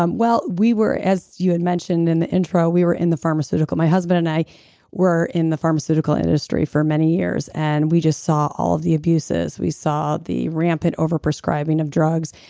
um well, we were, as you had mentioned in the intro, we were in the pharmaceutical my husband and i were in the pharmaceutical industry for many years and we just saw all of the abuses. we saw the rampant over-prescribing of drugs.